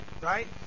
right